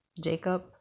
Jacob